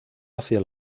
hacia